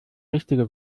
richtige